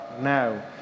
now